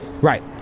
Right